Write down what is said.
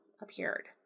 appeared